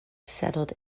settled